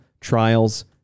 trials